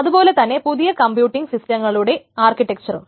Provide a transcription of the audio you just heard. അതുപോലെതന്നെ പുതിയ കമ്പ്യൂട്ടിംഗ് സിസ്റ്റങ്ങളുടെ ആർക്കിടെക്ചറും